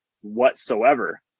whatsoever